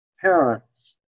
parents